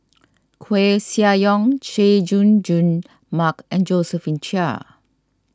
Koeh Sia Yong Chay Jung Jun Mark and Josephine Chia